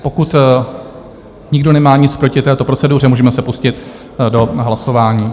Pokud nikdo nemá nic proti této proceduře, můžeme se pustit do hlasování.